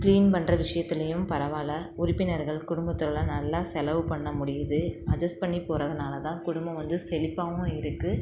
clean பண்ணுற விஷயத்துலையும் பரவாயில்ல உறுப்பினர்கள் குடும்பத்தில் நல்லா செலவு பண்ண முடியுது அட்ஜஸ்ட் பண்ணி போகிறதனால தான் குடும்பம் வந்து செழிப்பாவும் இருக்குது